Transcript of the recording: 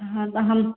हाँ तो हम